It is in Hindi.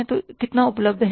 तो कितना उपलब्ध है